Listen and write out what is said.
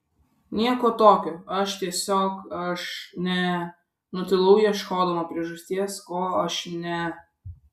nieko tokio aš tiesiog aš ne nutilau ieškodama priežasties ko aš ne